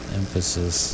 emphasis